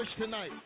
tonight